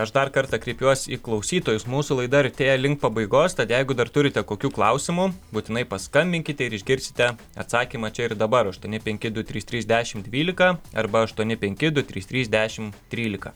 aš dar kartą kreipiuos į klausytojus mūsų laida artėja link pabaigos tad jeigu dar turite kokių klausimų būtinai paskambinkite ir išgirsite atsakymą čia ir dabar aštuoni penki du trys trys dešim dvylika arba aštuoni penki du trys trys dešim trylika